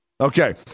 Okay